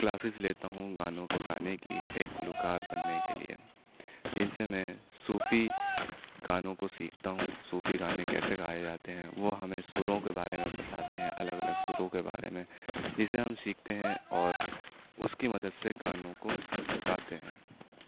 classes لیتا ہوں گانوں کو گانے کی ایک گلوکار بننے کے لیے جن سے میں صوفی گانوں کو سیکھتا ہوں صوفی گانے کیسے گائے جاتے ہیں وہ ہمیں سروں کے بارے میں بتاتے ہیں الگ الگ سروں کے بارے میں جسے ہم سیکھتے ہیں اور اس کی مدد سے گانوں کو گاتے ہیں